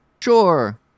Sure